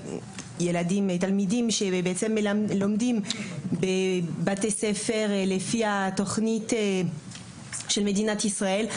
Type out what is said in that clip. על תלמידים שבעצם לומדים בבתי ספר לפי תוכנית הלימוד הישראלית,